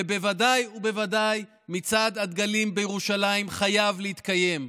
ובוודאי ובוודאי מצעד הדגלים בירושלים חייב להתקיים.